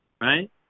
right